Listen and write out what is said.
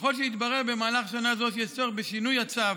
ככל שיתברר במהלך שנה זו שיש צורך בשינוי הצו